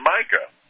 Micah